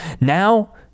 Now